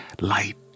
light